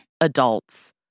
adults